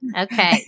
Okay